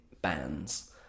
bands